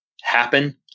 happen